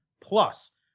Plus